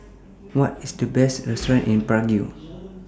What IS The Best restaurants in Prague